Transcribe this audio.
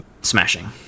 smashing